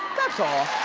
that's all.